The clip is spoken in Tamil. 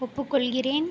ஒப்புக் கொள்கிறேன்